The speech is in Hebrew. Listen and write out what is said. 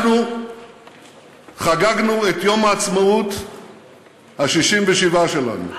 אנחנו חגגנו את יום העצמאות ה-67 שלנו,